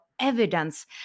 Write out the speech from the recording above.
evidence